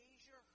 Asia